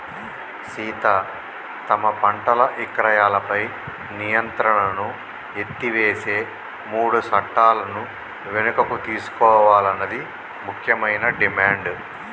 సీత తమ పంటల ఇక్రయాలపై నియంత్రణను ఎత్తివేసే మూడు సట్టాలను వెనుకకు తీసుకోవాలన్నది ముఖ్యమైన డిమాండ్